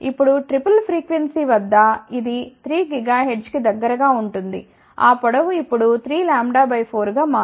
ఇప్పుడు triple frequency వద్ద ఇది 3 GHz కి దగ్గరగా ఉంటుంది ఆ పొడవు ఇప్పుడు 3λ 4 గా మారుతుంది